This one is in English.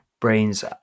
brains